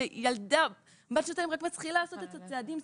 כשילדה בת שנתיים רק מתחילה לעשות את הצעדים,